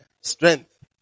strength